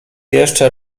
jeszcze